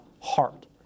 heart